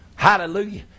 Hallelujah